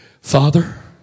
Father